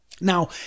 Now